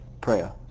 prayer